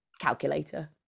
Calculator